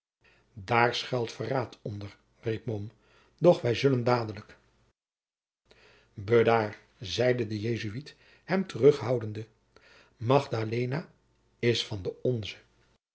daar schuilt verraad onder riep mom doch wij zullen dadelijk bedaar zeide de jesuit hem terughoudende magdalena is van de onze